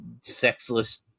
sexless